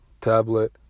tablet